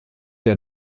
der